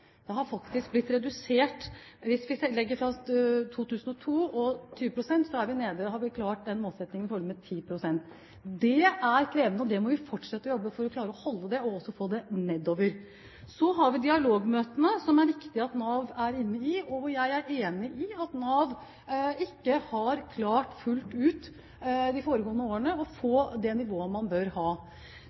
Det har faktisk blitt redusert – fra 2002 og 20 pst. – og vi har klart målsettingen på 10 pst. Det er krevende, og vi må fortsette å jobbe med det for å klare å holde det og også få det nedover. Så har vi dialogmøtene, som det er viktig at Nav er inne i. Jeg er enig i at Nav de foregående årene ikke fullt ut har klart å komme på det nivået man bør ha.